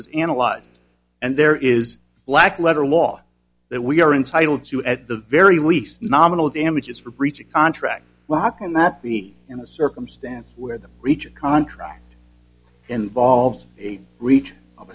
was analyzed and there is black letter law that we are entitled to at the very least nominal damages for breach of contract well how can that be in a circumstance where the breach of contract and volves breach of